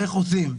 ואיך עושים.